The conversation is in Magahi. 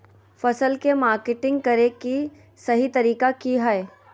फसल के मार्केटिंग करें कि सही तरीका की हय?